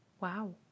Wow